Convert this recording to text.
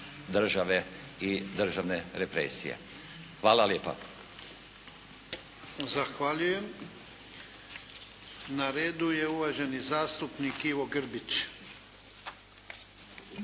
i državne represije. Hvala lijepa. **Jarnjak, Ivan (HDZ)** Zahvaljujem. Na redu je uvaženi zastupnik Ivo Grbić.